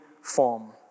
form